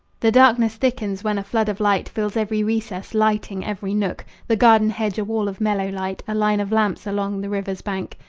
the darkness thickens, when a flood of light fills every recess, lighting every nook the garden hedge a wall of mellow light, a line of lamps along the river's bank,